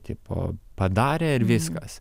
tipo padarė ir viskas